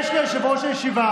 יש ליושב-ראש הישיבה